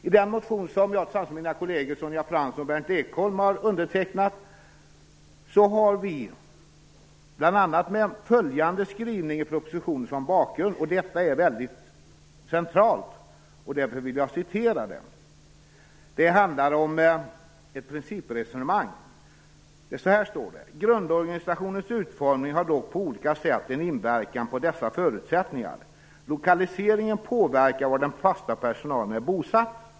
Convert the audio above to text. I den motion som jag tillsammans med mina kolleger Sonja Fransson och Berndt Ekholm har undertecknat, har vi bl.a. följande väldigt centrala skrivning i propositionen som bakgrund, det handlar om ett principresonemang: "Grundorganisationens utformning har dock på olika sätt en inverkan på dessa förutsättningar. Lokaliseringen påverkar var den fasta personalen är bosatt.